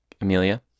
Amelia